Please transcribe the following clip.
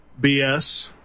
BS